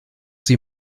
sie